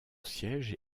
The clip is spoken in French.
siège